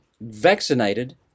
vaccinated